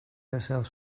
yourself